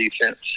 defense